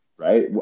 right